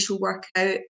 workout